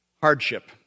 hardship